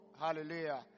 Hallelujah